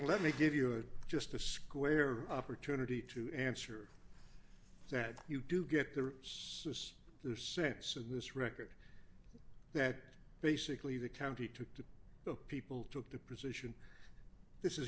let me give you a just a square opportunity to answer that you do get the reverse their sense of this record that basically the county took to the people took to position this is